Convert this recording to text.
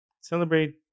celebrate